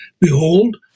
Behold